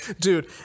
Dude